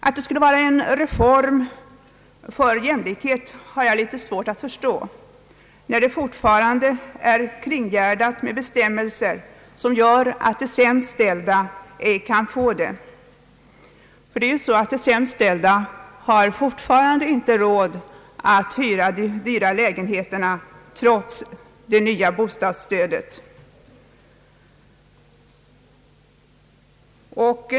Att det skulle vara fråga om en jämlikhetsreform har jag svårt att förstå när det fortfarande finns bestämmelser som innebär att de sämst ställda ej kan få den förmån det här gäller. De sämst ställda har ju fortfarande inte råd att hyra de dyra lägenheterna trots det nya bostadsstödet.